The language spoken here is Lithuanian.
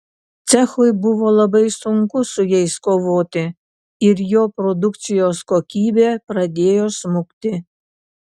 cechui buvo labai sunku su jais kovoti ir jo produkcijos kokybė pradėjo smukti